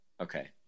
Okay